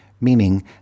meaning